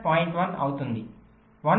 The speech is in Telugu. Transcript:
1 అవుతుంది 1